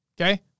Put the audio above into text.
Okay